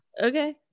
Okay